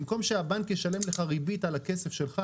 במקום שהבנק ישלם לך ריבית על הכסף שלך,